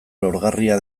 lorgarria